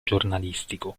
giornalistico